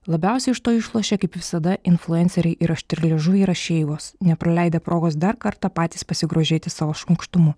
labiausiai iš to išlošia kaip visada influenceriai ir aštrialiežuviai rašeivos nepraleidę progos dar kartą patys pasigrožėti savo šmaikštumu